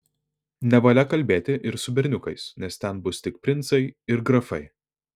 nevalia kalbėti ir su berniukais nes ten bus tik princai ir grafai